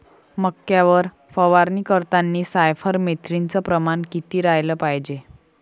मक्यावर फवारनी करतांनी सायफर मेथ्रीनचं प्रमान किती रायलं पायजे?